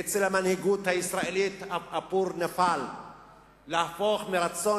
ואצל המנהיגות הישראלית הפור נפל להפוך מרצון